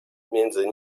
między